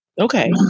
Okay